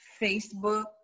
Facebook